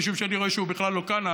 משום שאני רואה שהוא בכלל לא כאן,